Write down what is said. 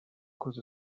cause